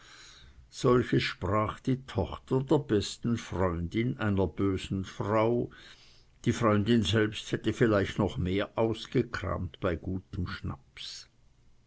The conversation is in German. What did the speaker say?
solches sprach die tochter der besten freundin einer bösen frau die freundin selbst hätte vielleicht noch mehr ausgekramt bei gutem schnaps